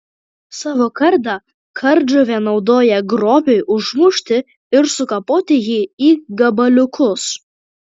savo kardą kardžuvė naudoja grobiui užmušti ir sukapoti jį į gabaliukus